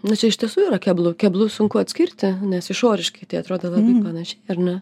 nu čia iš tiesų yra keblu keblu sunku atskirti nes išoriškai tai atrodo labai panašiai ar ne